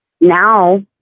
Now